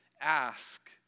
ask